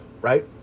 right